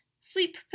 sleep